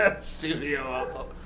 studio